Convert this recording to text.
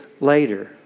later